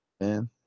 Man